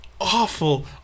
awful